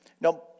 Now